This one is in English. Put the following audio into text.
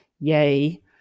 yay